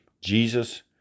Jesus